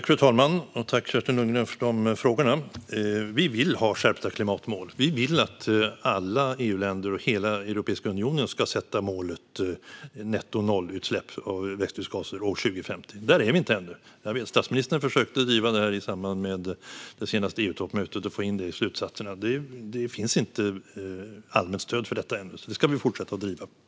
Fru talman! Tack, Kerstin Lundgren, för frågorna! Vi vill ha skärpta klimatmål. Vi vill att alla EU-länder och hela Europeiska unionen ska sätta målet nettonollutsläpp av växthusgaser år 2050. Men där är vi inte ännu. Jag vet att statsministern försökte driva detta i samband med det senaste EU-toppmötet och få in det i slutsatserna. Det finns inte allmänt stöd för detta ännu, men vi ska förstås fortsätta att driva det.